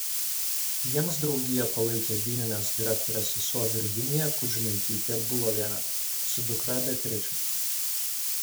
jiems draugiją palaikė vyninės direktorės sesuo virginija kudžmaitytė bulovienė su dukra beatriče